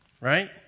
right